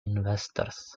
investors